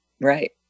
Right